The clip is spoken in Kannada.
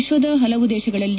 ವಿಕ್ವದ ಹಲವು ದೇಶಗಳಲ್ಲಿ